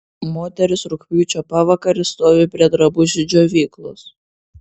moteris rugpjūčio pavakarį stovi prie drabužių džiovyklos